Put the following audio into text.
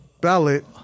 ballot